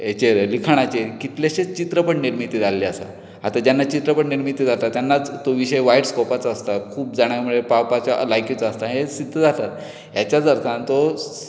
हाचेर लिखाणाचेर कितलेशेच चित्रपट निर्मीत जाल्ले आसात आतां जेन्ना चित्रपट निर्मिती जाता तेन्नाच तो विशय वायड स्कोपाचो आसता खूब जाणां मेरेन पावपाचो लायकीचो आसता हें सिद्ध जाता हाच्याच अर्थान तो